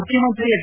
ಮುಖ್ಯಮಂತ್ರಿ ಎಚ್